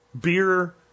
beer